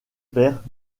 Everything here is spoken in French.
père